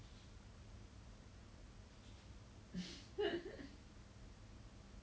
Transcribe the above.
I need to try is definitely scary what like this kind of thing is scary for everyone like going for interviews